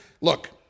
Look